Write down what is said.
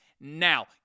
now